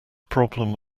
problem